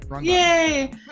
Yay